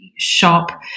shop